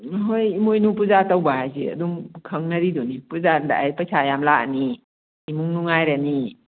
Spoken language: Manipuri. ꯎꯝ ꯍꯣꯏ ꯏꯃꯣꯏꯅꯨ ꯄꯨꯖꯥ ꯇꯧꯕ ꯍꯥꯏꯁꯦ ꯑꯗꯨꯝ ꯈꯪꯅꯔꯤꯗꯨꯅꯤ ꯄꯨꯖꯥ ꯂꯥꯛꯑꯦ ꯄꯩꯁꯥ ꯌꯥꯝ ꯂꯥꯛꯑꯅꯤ ꯏꯃꯨꯡ ꯅꯨꯡꯉꯥꯏꯔꯅꯤ